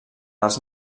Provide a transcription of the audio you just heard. els